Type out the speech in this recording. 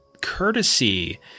Courtesy